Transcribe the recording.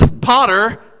potter